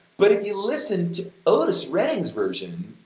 but if you listen to otis redding's version,